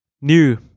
new